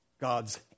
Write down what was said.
God's